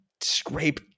scrape